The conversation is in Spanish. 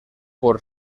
por